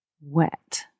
wet